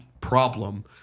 problem